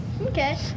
Okay